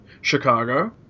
Chicago